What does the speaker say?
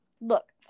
Look